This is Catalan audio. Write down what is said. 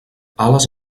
ales